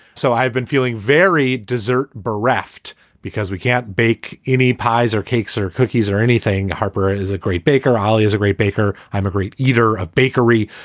so i've been feeling very dessert bereft because we can't bake any pies or cakes or cookies or anything. harper is a great baker. ali is a great baker. i'm a great either of bakery.